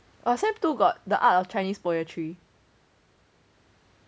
sec two got the art of chinese poetry